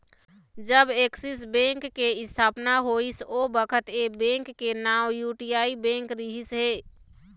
जब Axis bank के इस्थापना होइस ओ बखत ऐ बेंक के नांव यूटीआई बेंक रिहिस हे